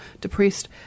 depressed